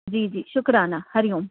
जी जी शुक्राना हरिओम